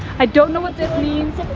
i don't know what this means.